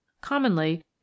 Commonly